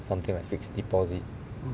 something like fixed deposit